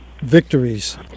victories